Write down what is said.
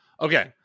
Okay